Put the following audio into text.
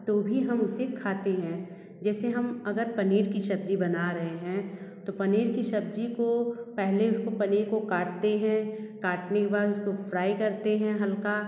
तो भी हम उसे खाते हैं जैसे हम अगर पनीर की सब्ज़ी बना रहे हैं तो पनीर की सब्ज़ी को पहले उसको पनीर को काटते हैं काटने के बाद उसको फ्राई करते हैं हल्का